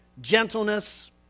gentleness